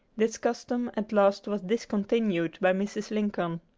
this custom at last was discontinued by mrs. lincoln.